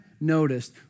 noticed